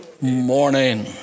morning